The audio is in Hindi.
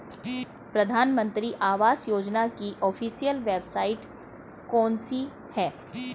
प्रधानमंत्री आवास योजना की ऑफिशियल वेबसाइट कौन सी है?